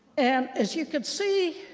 and as you can see,